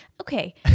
okay